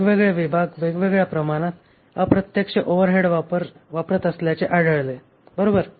वेगवेगळे विभाग वेगवेगळ्या प्रमाणात अप्रत्यक्ष ओव्हरहेड वापरत असल्याचे आढळले बरोबर